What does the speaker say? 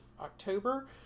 october